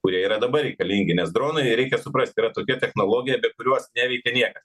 kurie yra dabar reikalingi nes dronai reikia suprast yra tokia technologija be kurios neveikia niekas